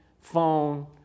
phone